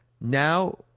now